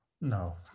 No